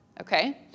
Okay